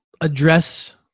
address